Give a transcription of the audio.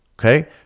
Okay